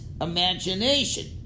imagination